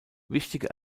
wichtige